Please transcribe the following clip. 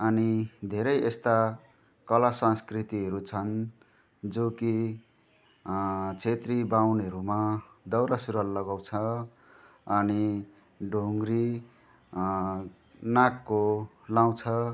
अनि धेरै यस्ता कलासंस्कृतिहरू छन् जो कि छेत्री बाहुनहरूमा दौरासुरुवाल लगाउँछ अनि ढुङ्ग्री नाकको लगाउँछ